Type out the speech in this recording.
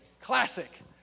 Classic